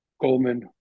Goldman